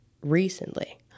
recently